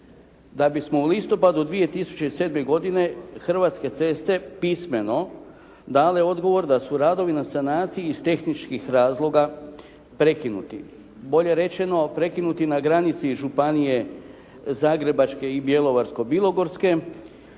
da bismo u listopadu 2007. godine Hrvatske ceste pismeno dale odgovor da su radovi na sanaciji iz tehničkih razloga prekinuti. Bolje rečeno prekinuti na granici županije Zagrebačke i Bjelovarsko-bilogorske